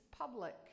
public